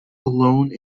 alone